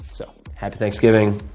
so happy thanksgiving,